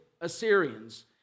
Assyrians